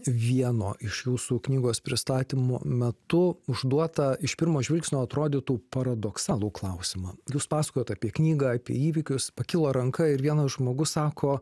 vieno iš jūsų knygos pristatymo metu užduotą iš pirmo žvilgsnio atrodytų paradoksalų klausimą jūs pasakojot apie knygą apie įvykius pakilo ranka ir vienas žmogus sako